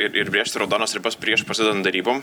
ir ir brėžti raudonas ribas prieš prasidedant derybom